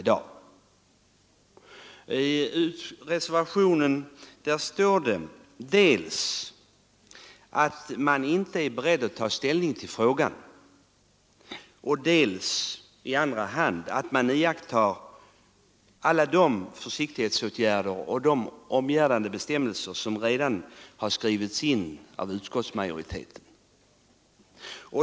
I reservationen står det dels att man inte nu är beredd att ta ställning till frågan, dels — i andra hand — att alla de försiktighetsåtgärder bör beaktas liksom de omgärdande bestämmelser som redan har skrivits in i betänkandet av utskottsmajoriteten.